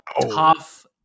tough